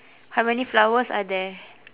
how many flowers are there